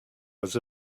was